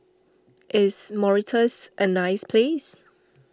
is Mauritius a nice place